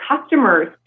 customers